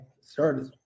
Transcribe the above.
started